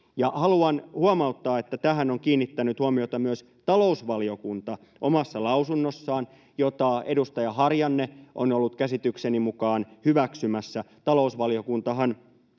Haluan huomauttaa, että tähän on kiinnittänyt huomiota myös talousvaliokunta omassa lausunnossaan, jota edustaja Harjanne on ollut käsitykseni mukaan hyväksymässä. Talousvaliokuntahan